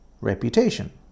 Reputation